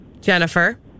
Jennifer